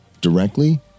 directly